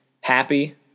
happy